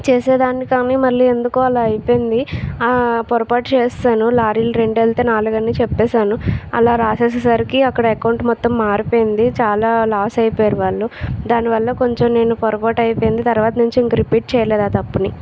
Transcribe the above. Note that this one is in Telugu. చేసేదాన్ని కానీ మళ్ళీ ఎందుకో అలా అయిపోయింది ఆ పొరపాటు చేసేశాను లారీలు రెండు వెళ్తే నాలుగు అని చెప్పేశాను అలా రాసేసేసరికి అక్కడ అకౌంట్ మొత్తం మారిపోయింది చాలా లాస్ అయిపోయారు వాళ్ళు దాని వల్ల కొంచెం నేను పొరపాటు అయిపోయింది తర్వాత నుంచి ఇంకా రిపీట్ చేయలేదు ఆ తప్పుని